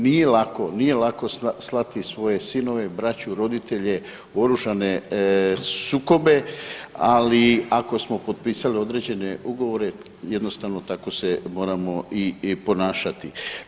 Nije lako, nije lako slati svoje sinove, braću, roditelje u oružane sukobe, ali ako smo potpisali određene ugovore jednostavno tako se moramo i ponašati.